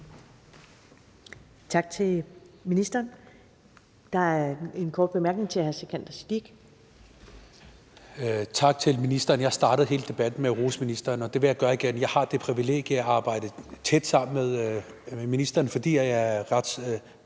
Tak til ministeren. Der er en kort bemærkning til hr. Sikandar Siddique. Kl. 15:32 Sikandar Siddique (ALT): Tak til ministeren. Jeg startede hele debatten med at rose ministeren, og det vil jeg gøre igen. Jeg har det privilegie, at jeg har arbejdet tæt sammen med ministeren, fordi jeg er